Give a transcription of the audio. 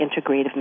integrative